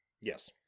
Yes